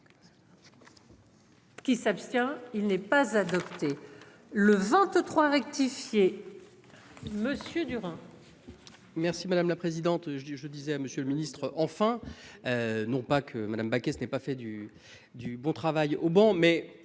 Qui s'abstient. Il n'est pas adopté et le 25 rectifié